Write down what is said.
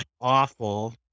awful